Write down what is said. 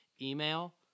Email